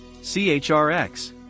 CHRX